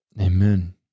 Amen